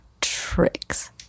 Tricks